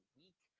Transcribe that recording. week